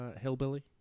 Hillbilly